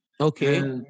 Okay